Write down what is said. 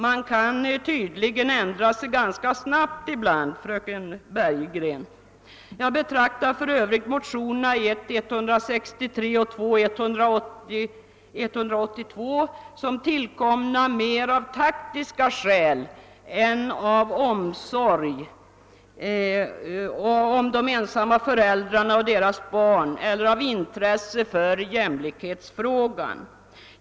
Man kan tydligen ändra sig ganska snabbt ibland, fröken Bergegren! Jag anser för övrigt motionerna I: 163 och II:182 tillkomna mer av taktiska skäl än av omsorg om de ensamma föräldrarna och deras barn eller av intresse för jämlikhetsfrågan.